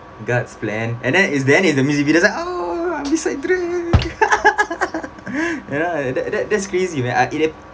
god's plan and then it's then it's that music video I was like !ow! I'm just like drake you know that that that's crazy man ah it